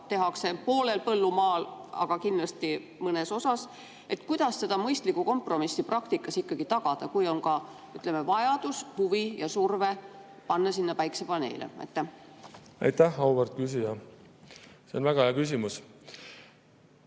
tehakse poolel põllumaal, aga kindlasti mõnes osas tehakse. Kuidas seda mõistlikku kompromissi praktikas ikkagi tagada, kui on ka vajadus, huvi ja surve panna sinna päikesepaneele? Aitäh, auväärt küsija! See on väga hea küsimus.